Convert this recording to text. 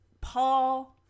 Paul